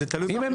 קודם כל כן.